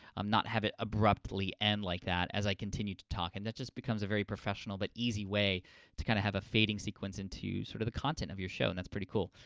um not have it abruptly end like that as i continued to talk. and that just becomes a very professional, but easy, way to kind of have a fading sequence into sort of the content of your show and that's pretty cool.